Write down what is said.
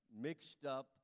mixed-up